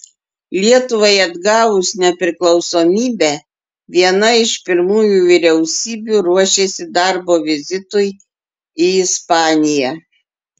lietuvai atgavus nepriklausomybę viena iš pirmųjų vyriausybių ruošėsi darbo vizitui į ispaniją